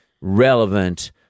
relevant